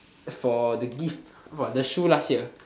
for the gift for the shoes last year